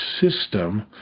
system